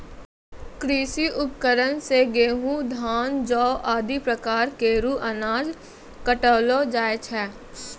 कृषि उपकरण सें गेंहू, धान, जौ आदि प्रकार केरो अनाज काटलो जाय छै